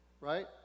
right